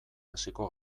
hasiko